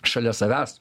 šalia savęs